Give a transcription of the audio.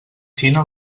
xina